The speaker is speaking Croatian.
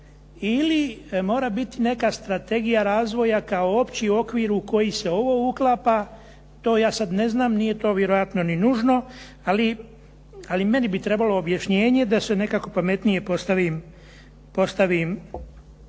ili mora biti neka strategija razvoja kao opći okvir u koji se ovo uklapa? To ja sad ne znam, nije to vjerojatno ni nužno, ali meni bi trebalo objašnjenje da se nekako pametnije postavim